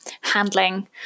handling